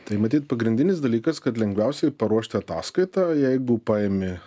tai matyt pagrindinis dalykas kad lengviausiai paruošt ataskaitą jeigu paimi